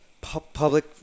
public